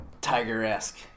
tiger-esque